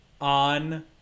on